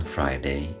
Friday